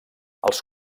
els